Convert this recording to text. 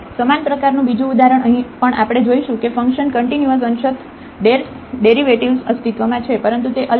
સમાન પ્રકારનું બીજું ઉદાહરણ અહીં પણ આપણે જોશું કે ફંકશન કન્ટીન્યુઅસ અંશત der ડેરિવેટિવ્ઝ અસ્તિત્વમાં છે પરંતુ તે અલગ નથી